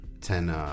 ten